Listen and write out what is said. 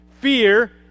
fear